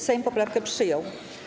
Sejm poprawkę przyjął.